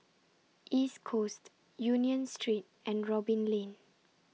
East Coast Union Street and Robin Lane